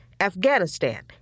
Afghanistan